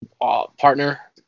partner